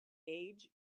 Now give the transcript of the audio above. age